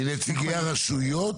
מנציגי הרשויות?